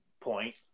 point